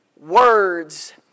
words